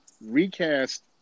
recast